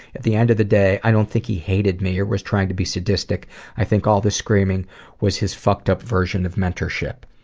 at the end of the day, i don't think he hated me or was trying to be sadistic i think all of this screaming was his fucked up version of mentorship.